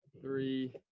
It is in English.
three